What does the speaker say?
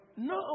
No